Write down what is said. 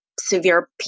Severe